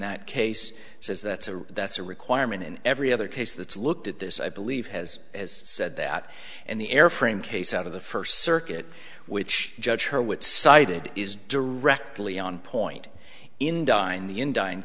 that case says that's a that's a requirement in every other case that's looked at this i believe has said that and the airframe case out of the first circuit which judge her with cited is directly on point in